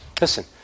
Listen